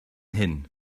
hyn